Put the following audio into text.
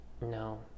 No